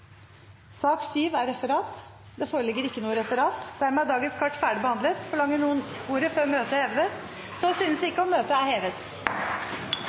Det foreligger ikke noe referat. Dermed er dagens kart ferdigbehandlet. Forlanger noen ordet før møtet heves? – Møtet er hevet.